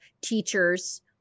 teachers